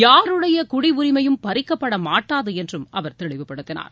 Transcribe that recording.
யாருடைய குடியுரிமையும் பறிக்கப்படமாட்டாது என்றும் அவர் தெளிவுப்படுத்தினார்